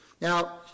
Now